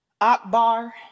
Akbar